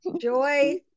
Joy